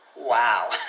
Wow